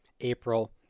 April